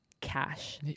cash